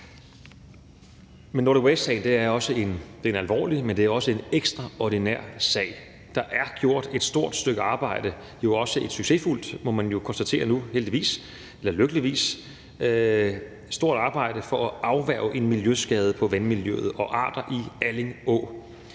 Nordic Waste-sagen er en alvorlig, men også ekstraordinær sag. Der er gjort et stort stykke arbejde og også et succesfuldt stykke arbejde, må man lykkeligvis konstatere nu, for at afværge en miljøskade på vandmiljøet og arterne i Alling Å.